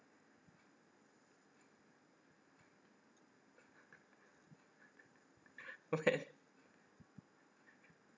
okay